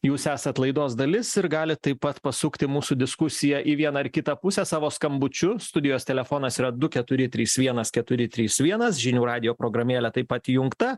jūs esat laidos dalis ir galit taip pat pasukti mūsų diskusiją į vieną ar į kitą pusę savo skambučiu studijos telefonas yra du keturi trys vienas keturi trys vienas žinių radijo programėlė taip pat įjungta